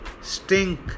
stink